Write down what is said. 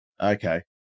Okay